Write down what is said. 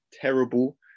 terrible